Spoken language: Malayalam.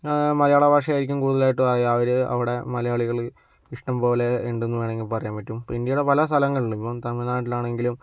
മലയാളഭാഷ ആയിരിക്കും കൂടുതലായിട്ടും അറിയുക അവര് അവിടെ മലയാളികള് ഇഷ്ടം പോലെ ഉണ്ടെന്ന് വേണമെങ്കിൽ പറയാം പറ്റും ഇന്ത്യയുടെ പലസ്ഥലങ്ങളിലും ഇപ്പോൾ തമിഴ്നാട്ടിൽ ആണെങ്കിലും